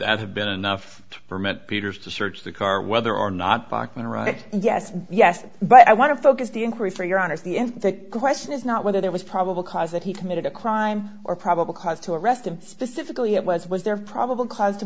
have been enough to permit peters to search the car whether or not back then right yes yes but i want to focus the inquiry for your honesty in that question is not whether there was probable cause that he committed a crime or probable cause to arrest him specifically it was was there probable cause to